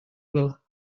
will